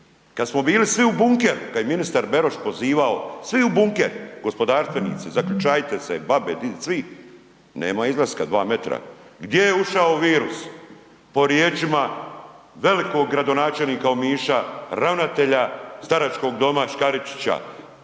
kad smo bili svi u bunkeru, kad je ministar Beroš pozivao svi u bunker, gospodarstvenici zaključajte se, babe, didi, svi, nema izlaska 2 metra, gdje je ušao virus? Po riječima velikog gradonačelnika Omiša, ravnatelja staračkog doma Škaričića,